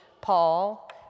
Paul